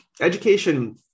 education